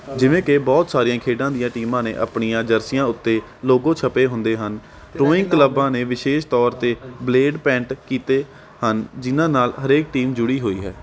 ਜਿਵੇਂ ਕਿ ਬਹੁਤ ਸਾਰੀਆਂ ਖੇਡਾਂ ਦੀਆਂ ਟੀਮਾਂ ਨੇ ਆਪਣੀਆਂ ਜਰਸੀਆਂ ਉੱਤੇ ਲੋਗੋ ਛਪੇ ਹੁੰਦੇ ਹਨ ਰੋਇੰਗ ਕਲੱਬਾਂ ਨੇ ਵਿਸ਼ੇਸ਼ ਤੌਰ 'ਤੇ ਬਲੇਡ ਪੈਂਟ ਕੀਤੇ ਹਨ ਜਿਨ੍ਹਾਂ ਨਾਲ ਹਰੇਕ ਟੀਮ ਜੁੜੀ ਹੋਈ ਹੈ